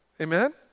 amen